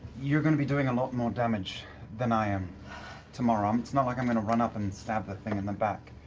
you're going to be doing a lot more damage than i am tomorrow, um it's not like i'm going to run up and stab the thing in the back.